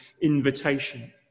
invitation